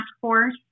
force